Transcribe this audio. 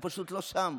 הוא פשוט לא שם.